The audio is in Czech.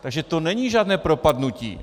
Takže to není žádné propadnutí.